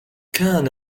كان